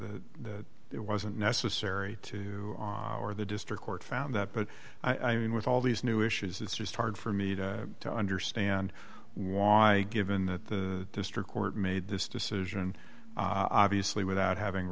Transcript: found that it wasn't necessary to or the district court found that but i mean with all these new issues it's just hard for me to understand why given that the district court made this decision obviously without having